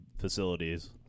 facilities